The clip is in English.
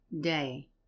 day